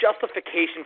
justification